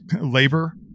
labor